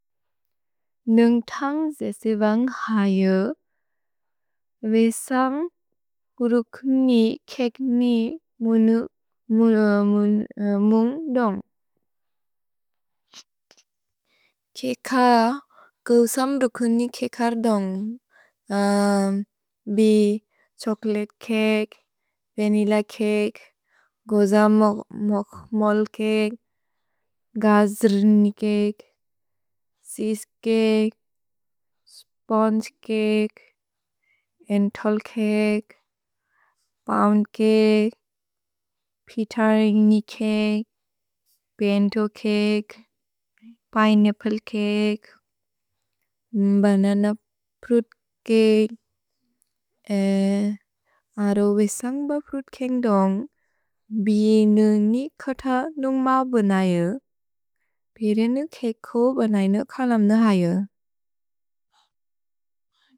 न्न्ग् थन्ग् जेसेवन्ग् क्स यु, वेसम् रुकुनि केक् नि मुन्ग् दुन्ग्। केक, गुसम् रुकुनि केक दुन्ग्। भे chocolate cake, vanilla cake, गुसम् मोक्मोल् cake, गज्र्नि cake, cheese cake, sponge cake, एन्तल् केक्, पोउन्द् केक्, पितर्नि केक्, पिन्तो cake, pineapple cake, banana fruit cake, अरोविसन्ग् ब प्रुत् केन्ग् दोन्ग्, बिने न्गिकत नुन्ग् म बुनेअ यु, पिरेनि केको बुनेअ यु कोलम्नेह यु।